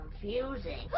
confusing